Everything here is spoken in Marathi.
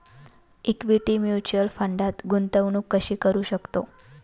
इक्विटी म्युच्युअल फंडात गुंतवणूक कशी करू शकतो?